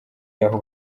y’aho